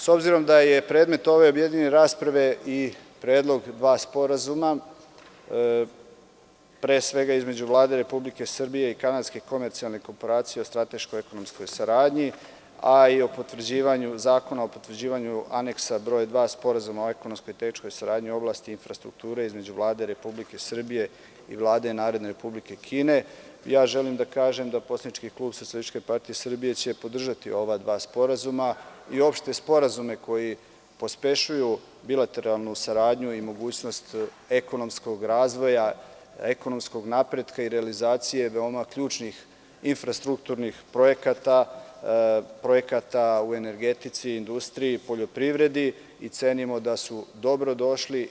S obzirom da je predmet ove objedinjene rasprave i predlog dva sporazuma, pre svega između Vlade Republike Srbije i Kanadske komercijalne korporacije o strateškoj ekonomskoj saradnji, a i Zakon o potvrđivanju Aneksa broj 2 Sporazuma o ekonomskoj i tehničkoj saradnji u oblasti infrastrukture između Vlade Republike Srbije i Vlade Narodne Republike Kine, želim da kažem da poslanički klub SPS će podržati ova dva sporazuma i uopšte sporazume koji pospešuju bileteralnu saradnju i mogućnost ekonomskog razvoja, ekonomskog napretka i realizacije veoma ključnih infrastrukturnih projekata, projekata u energetici, industriji i poljoprivredi i cenimo da su dobro došli.